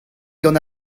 gant